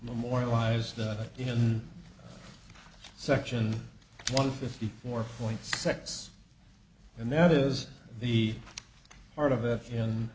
memorialized in section one fifty four point sex and that is the part of it in